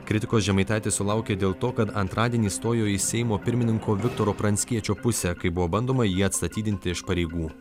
kritikos žemaitaitis sulaukė dėl to kad antradienį stojo į seimo pirmininko viktoro pranckiečio pusę kai buvo bandoma jį atstatydinti iš pareigų